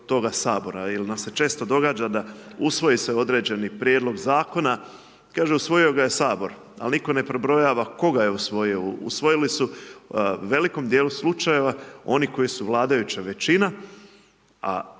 toga sabora. Jer nam se često događa da usvoji se određeni prijedlog zakona. Kaže usvojio ga je Sabor ali nitko ne prebrojava tko ga je usvojio. Usvojili su u velikom dijelu slučajeva oni koji su vladajuća većina